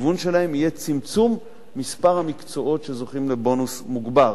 הכיוון שלהן יהיה צמצום מספר המקצועות שזוכים לבונוס מוגבר.